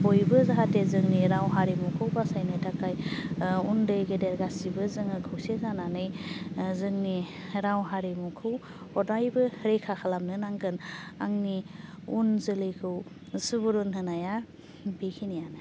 बयबो जाहाथे जोंनि राव हारिमुखौ बासायनो थाखाय उन्दै गेदेर गासिबो जोङो खौसे जानानै जोंनि राव हारिमुखौ हदायबो रैखा खालामनो नांगोन आंनि उन जोलैखौ सुबुरुन होनाया बेखिनियानो